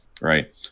right